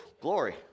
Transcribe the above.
Glory